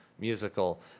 musical